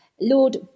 Lord